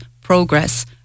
progress